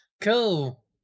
Cool